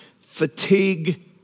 fatigue